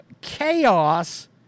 chaos